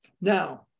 Now